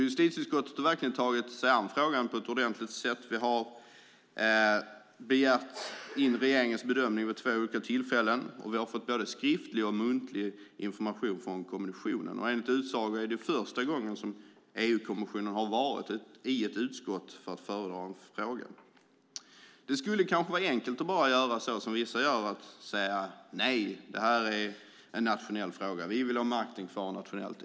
Justitieutskottet har verkligen tagit sig an frågan på ett ordentligt sätt. Vi har begärt in regeringens bedömning vid två tillfällen, och vi har fått både skriftlig och muntlig information från kommissionen. Enligt utsago är det första gången som EU-kommissionen varit i ett utskott för att föredra ett ärende. Det skulle kanske vara enkelt att göra som vissa gör och säga: Nej, det här är en nationell fråga. Vi vill ha makten kvar nationellt.